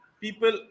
people